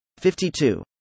52